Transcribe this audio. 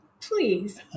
please